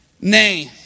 name